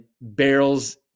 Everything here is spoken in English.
barrels